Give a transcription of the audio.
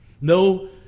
No